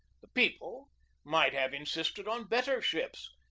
the people might have in sisted on better ships,